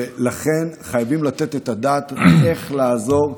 לכן, חייבים לתת את הדעת איך לעזור.